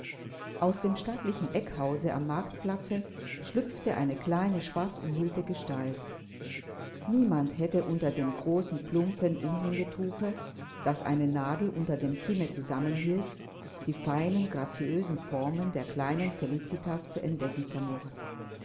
aus dem stattlichen eckhause am marktplatze schlüpfte eine kleine schwarz umhüllte gestalt niemand hätte unter dem großen plumpen umhängetuche das eine nadel unter dem kinne zusammenhielt die feinen graziösen formen der kleinen felicitas zu entdecken vermocht